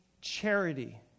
Charity